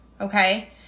Okay